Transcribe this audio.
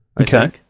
okay